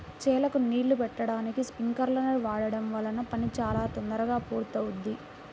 చేలకు నీళ్ళు బెట్టడానికి స్పింకర్లను వాడడం వల్ల పని చాలా తొందరగా పూర్తవుద్ది